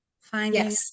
finding